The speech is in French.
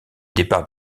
départ